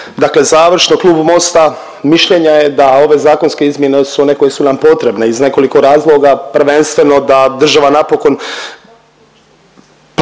Dakle završno klub Mosta mišljenja je da ove zakonske izmjene su one koje su nam potrebne iz nekoliko razloga prvenstveno da država napokon